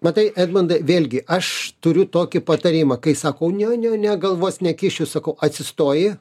matai edmundai vėlgi aš turiu tokį patarimą kai sako ne ne ne galvos nekišiu sakau atsistoji